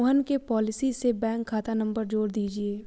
मोहन के पॉलिसी से बैंक खाता नंबर जोड़ दीजिए